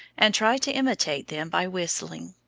and try to imitate them by whistling.